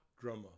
drummer